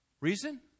Reason